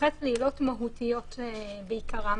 מתייחס לעילות מהותיות בעיקרן.